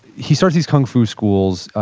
he started these kung fu schools.